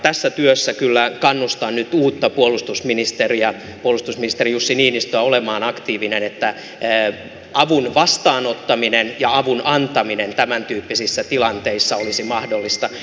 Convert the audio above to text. tässä työssä kyllä kannustan nyt uutta puolustusministeriä puolustusministeri jussi niinistöä olemaan aktiivinen että avun vastaanottaminen ja avun antaminen tämäntyyppisissä tilanteissa olisi mahdollista